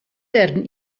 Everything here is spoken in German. werden